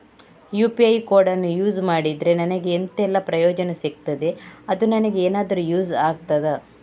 UPI ಕೋಡನ್ನು use ಮಾಡಿದ್ರೆ ನನಗೆ ಎಂಥೆಲ್ಲಾ ಪ್ರಯೋಜನ ಸಿಗ್ತದೆ, ಅದು ನನಗೆ ಎನಾದರೂ ಯೂಸ್ ಆಗ್ತದಾ?